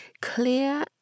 clear